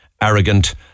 arrogant